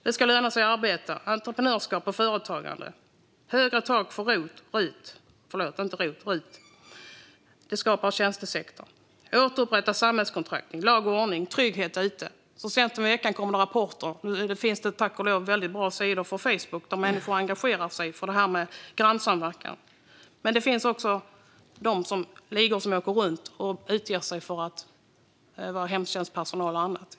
Det ska löna sig med arbete, entreprenörskap och företagande. Högre tak för RUT skapar jobb i tjänstesektorn. Vi vill återupprätta samhällskontraktet med lag och ordning och trygghet ute. Så sent som i veckan kom rapporter. Nu finns det tack och lov bra sidor på Facebook där människor engagerar sig för grannsamverkan, men det finns också ligor som åker runt och utger sig för att vara hemtjänstpersonal och annat.